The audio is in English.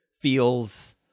feels